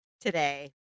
today